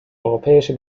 europäische